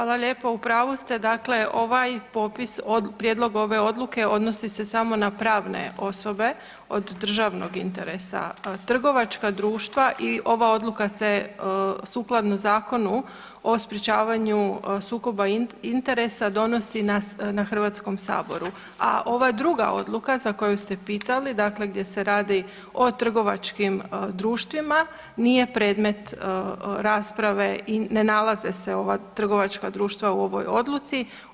Hvala lijepo u pravu ste, dakle ovaj popis, prijedlog ove odluke odnosi se samo na pravne osobe od državnog interesa, trgovačka društva i ova odluka se sukladno Zakonu o sprječavanju sukoba interesa donosi na Hrvatskom saboru, a ova druga odluka za koju ste pitali dakle gdje se radi o trgovačkim društvima nije predmet rasprave i ne nalaze se ova trgovačka društva u ovoj odluci.